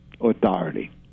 authority